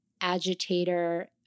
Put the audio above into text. agitator